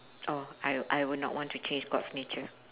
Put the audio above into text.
oh I I would not want to change god's nature